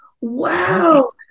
Wow